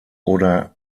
oder